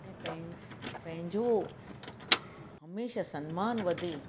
ऐं पंहिं पंहिंजो हमेशह संमान वधे